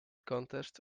contests